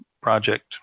project